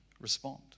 respond